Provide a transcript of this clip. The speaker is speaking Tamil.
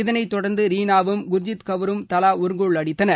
இதனைத்தொடர்ந்து ரீனாவும் குர்ஜீத் கவுரும் தலா ஒரு கோல் அடித்தனர்